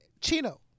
Chino